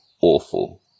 awful